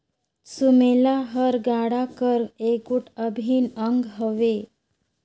सुमेला हर गाड़ा कर एगोट अभिन अग हवे